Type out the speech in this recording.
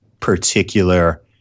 particular